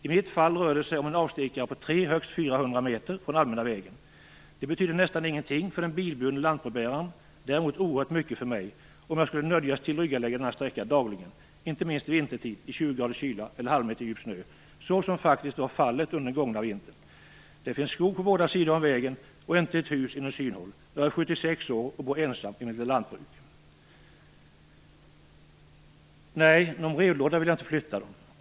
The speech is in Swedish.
I mitt fall rör det sig om en avstickare på 300 högst 400 meter från den allmänna vägen. Det betyder nästan ingenting för den bilburne lantbrevbäraren, däremot oerhört mycket för mig om jag skulle nödgas tillryggalägga denna sträcka dagligen, inte minst vintertid, i 20 kyla och en halvmeter djup snö, som faktiskt var fallet under den gångna vintern. Det finns skog på båda sidor om vägen och inte ett hus inom synhåll. Jag är 76 år och bor ensam i mitt lilla lantbruk. Nej, någon brevlåda vill jag inte flytta.